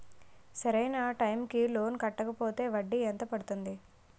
సరి అయినా టైం కి లోన్ కట్టకపోతే వడ్డీ ఎంత పెరుగుతుంది?